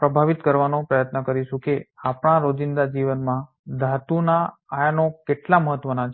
પ્રભાવિત કરવાનો પ્રયત્ન કરીશું કે આપણા રોજિંદા જીવનમાં ધાતુના આયનો કેટલા મહત્વના છે